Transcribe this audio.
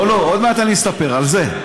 לא לא, עוד מעט אני אספר על זה.